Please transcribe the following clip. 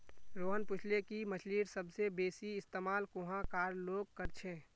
रोहन पूछले कि मछ्लीर सबसे बेसि इस्तमाल कुहाँ कार लोग कर छे